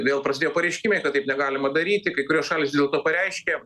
vėl prasidėjo pareiškimai kad taip negalima daryti kai kurios šalys dėl to pareiškė